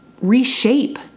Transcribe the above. reshape